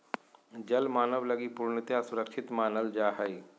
जल मानव लगी पूर्णतया सुरक्षित मानल जा हइ